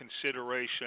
consideration